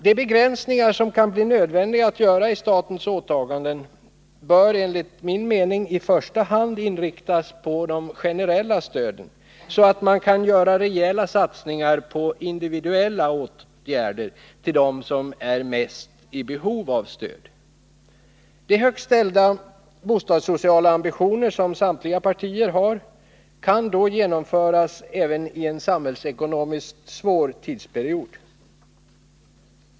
De begränsningar i statens åtaganden som kan bli nödvändiga att göra bör enligt min mening i första hand inriktas på de generella stöden, så att man kan göra rejäla satsningar på individuella åtgärder till dem som har störst behov av stöd. De högt ställda bostadssociala ambitioner som samtliga partier har kan då genomföras även i en samhällsekonomiskt svår tidsperiod.